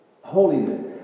Holiness